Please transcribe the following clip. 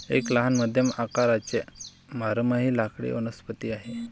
एक लहान मध्यम आकाराचा बारमाही लाकडी वनस्पती आहे